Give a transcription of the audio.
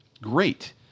great